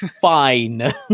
fine